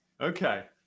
Okay